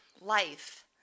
life